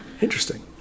Interesting